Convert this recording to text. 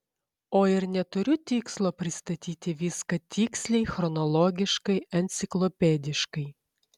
o ir neturiu tikslo pristatyti viską tiksliai chronologiškai enciklopediškai